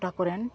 ᱟᱹᱛᱩ ᱴᱚᱴᱷᱟ ᱠᱚᱨᱟᱱ